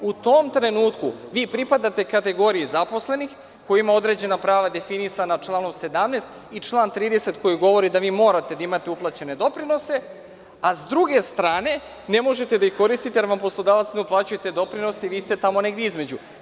U tom trenutku vi pripadate kategoriji zaposlenih, koji ima određena prava definisana članom 17. i član 30. koji govori da vi morate da imate uplaćene doprinose, a s druge strane, ne možete da ih koristite, jer vam poslodavac ne uplaćuje te doprinose i vi ste tamo negde između.